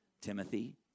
Timothy